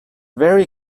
very